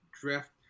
draft